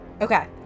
Okay